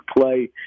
play